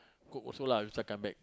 cook also lah later I come back